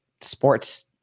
sports